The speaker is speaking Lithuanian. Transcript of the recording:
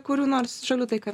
kurių nors šalių tai ką